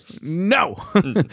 No